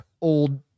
old